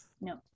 No